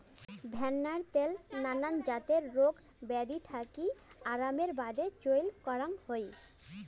ভেন্নার ত্যাল নানান জাতের রোগ বেয়াধি থাকি আরামের বাদে চইল করাং হই